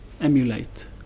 emulate